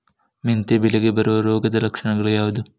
ಮೆಂತೆ ಬೆಳೆಗೆ ಬರುವ ರೋಗದ ಲಕ್ಷಣಗಳು ಯಾವುದು?